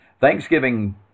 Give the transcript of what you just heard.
Thanksgiving